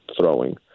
throwing